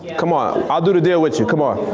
come on, i'll do the deal with you, come on.